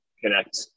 connect